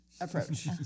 approach